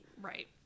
Right